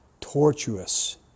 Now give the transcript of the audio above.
tortuous